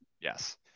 yes